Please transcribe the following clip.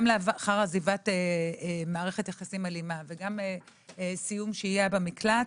גם לאחר עזיבת מערכת יחסים אלימה וגם לאחר סיום שהייה במקלט